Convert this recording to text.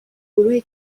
گروه